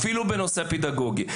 אפילו בנושא פדגוגי.